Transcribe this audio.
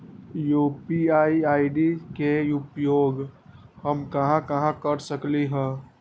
UPI ID के उपयोग हम कहां कहां कर सकली ह?